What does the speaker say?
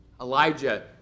Elijah